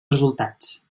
resultats